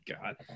god